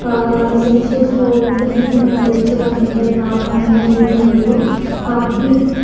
సెల్సియస్లో ఇంత హీట్ మనకు వచ్చే దానికి గల కారణం మెయిన్ రీజన్ అదే కాబట్టి